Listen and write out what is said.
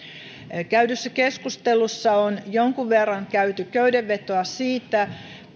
yksimielinen käydyssä keskustelussa on jonkun verran käyty köydenvetoa siitä